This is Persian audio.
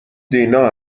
دینا